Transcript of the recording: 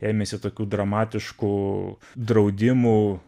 ėmėsi tokių dramatiškų draudimų